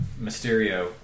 Mysterio